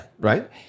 right